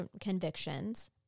convictions